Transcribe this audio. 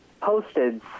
posted